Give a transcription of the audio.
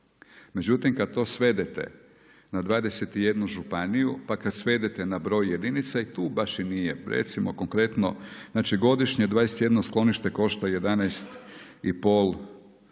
međutim kada to svedete na 21 županiju, pa kada svedete na broj jedinica i tu baš i nije. Recimo konkretno, znači godišnje